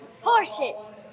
Horses